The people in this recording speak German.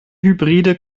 hybride